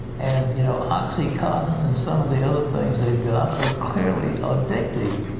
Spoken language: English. and you know anoxycontin and some of the other things they've got are clearly addictive.